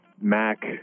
Mac